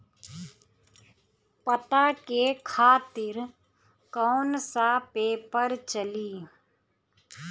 पता के खातिर कौन कौन सा पेपर चली?